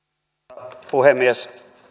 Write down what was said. arvoisa puhemies